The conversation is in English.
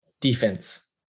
defense